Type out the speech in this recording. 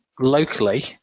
locally